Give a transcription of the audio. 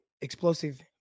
explosive